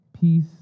Peace